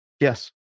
yes